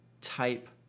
type